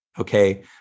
Okay